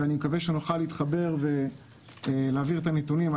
ואני מקווה שנוכל להתחבר ולהעביר את הנתונים.